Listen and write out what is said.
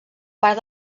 part